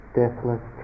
deathless